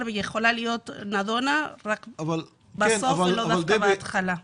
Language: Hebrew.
והיא יכולה להיות נדונה רק בסוף ולאו דווקא בהתחלה.